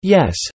Yes